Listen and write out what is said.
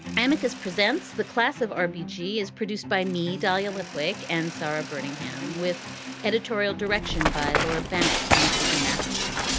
and hanukkah's presents. the class of rpg is produced by me, dahlia lithwick and sara brittingham with editorial direction by laura bennett and susan matthews.